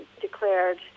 declared